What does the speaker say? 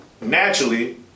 naturally